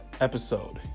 episode